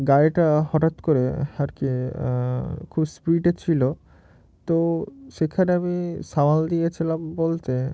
গাড়িটা হঠাৎ করে আর কি খুব স্পিডে ছিল তো সেখানে আমি সামাল দিয়েছিলাম বলতে